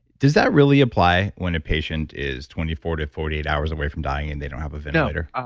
does that really apply when a patient is twenty four to forty eight hours away from dying and they don't have a ventilator?